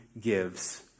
gives